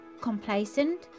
complacent